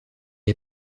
est